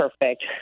perfect